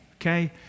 okay